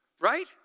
right